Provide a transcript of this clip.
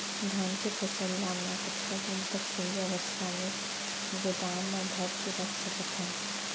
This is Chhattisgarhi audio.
धान के फसल ला मै कतका दिन तक सही अवस्था में गोदाम मा भर के रख सकत हव?